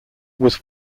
was